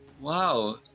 Wow